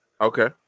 okay